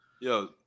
Yo